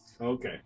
Okay